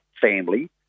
family